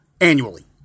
annually